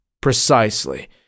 precisely